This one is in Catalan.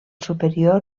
superior